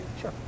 Sure